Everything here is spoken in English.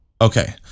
Okay